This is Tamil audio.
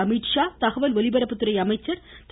அமித்ஷா தகவல் ஒலிபரப்புத்துறை அமைச்சர் திரு